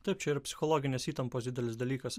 taip čia yra psichologinės įtampos didelis dalykas